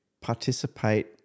Participate